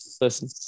Listen